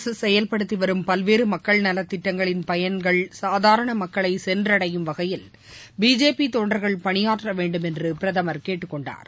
அரசு செயல்படுத்தி வரும் பல்வேறு மக்கள் நலத்திட்டங்களின் பயன்கள் சாதாரணமக்களை சென்றடையும் வகையில் பிஜேபி தொண்டர்கள் பணியாற்ற வேண்டும் என்று பிரதமர் கேட்டுக்கொண்டார்